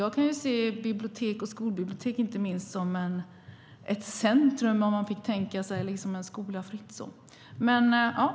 Jag kan se bibliotek, och inte minst skolbibliotek, som ett centrum.